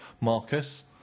Marcus